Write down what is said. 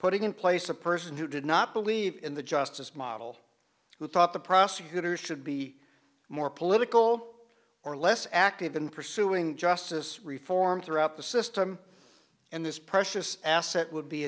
putting in place a person who did not believe in the justice model who thought the prosecutors should be more political or less active in pursuing justice reform throughout the system and this precious asset would be